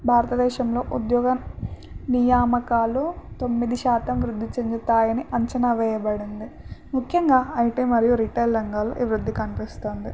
భారతదేశంలో ఉద్యోగ నియామకాలు తొమ్మిది శాతం వృద్ధి చెందుతాయని అంచనా వేయబడింది ముఖ్యంగా ఐ టీ మరియు రిటైల్ రంగాాలలో ఈ వృద్ధి కనిపిస్తుంది